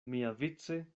miavice